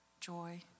joy